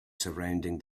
surrounding